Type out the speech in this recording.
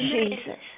Jesus